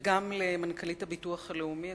וגם למנכ"לית הביטוח הלאומי,